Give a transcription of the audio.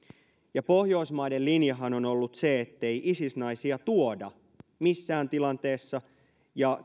ja pohjoismaiden linjahan on ollut se ettei isis naisia tuoda missään tilanteessa ja